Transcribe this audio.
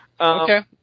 Okay